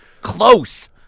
Close